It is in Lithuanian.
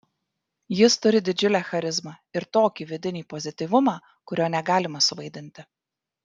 jis turi didžiulę charizmą ir tokį vidinį pozityvumą kurio negalima suvaidinti